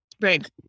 Right